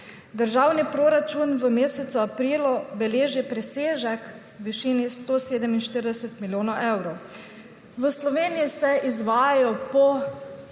Državni proračun v mesecu aprilu beleži presežek v višini 147 milijonov evrov. V Sloveniji se trenutno izvajajo po